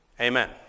Amen